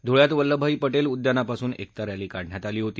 ध्वळ्यात वल्लभभाई पटेल उद्यानापासून एकता रॅली काढण्यात आली होती